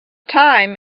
time